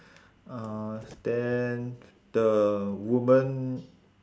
uh then the woman